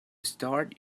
start